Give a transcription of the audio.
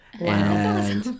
Wow